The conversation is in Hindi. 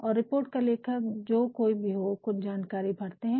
और रिपोर्ट का लेखक जो कोई भी है कुछ जानकारी भरते है